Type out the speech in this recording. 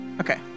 Okay